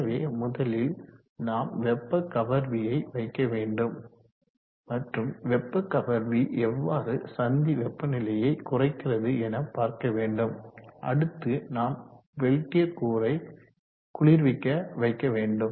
எனவே முதலில் நாம் வெப்ப கவர்வியை வைக்க வேண்டும் மற்றும் வெப்ப கவர்வி எவ்வாறு சந்தி வெப்பநிலையை குறைக்கிறது என பார்க்க வேண்டும் அடுத்து நாம் பெல்டியர் கூறை குளிர்விக்க வைக்க வேண்டும்